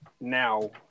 now